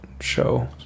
show